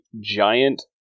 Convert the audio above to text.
giant